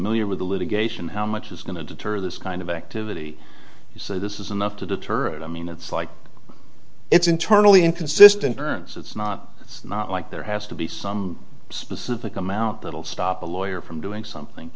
the litigation how much is going to deter this kind of activity so this is enough to deter it i mean it's like it's internally inconsistent turns it's not it's not like there has to be some specific amount that will stop a lawyer from doing something